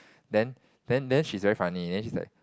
then then then she's very funny then she's like